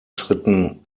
schritten